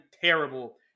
terrible